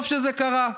טוב שזה קרה,